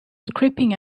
creeping